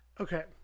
okay